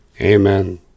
Amen